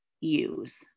use